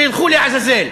שילכו לעזאזל.